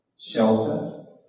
shelter